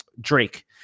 Drake